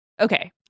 Okay